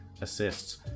assists